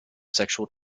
sexual